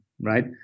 right